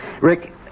Rick